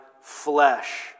flesh